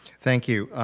thank you.